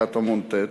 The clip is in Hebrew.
קטמון ט'.